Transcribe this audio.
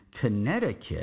Connecticut